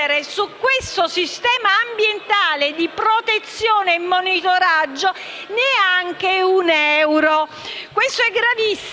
a questo Sistema ambientale di protezione e monitoraggio neanche un euro. Questo è